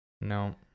No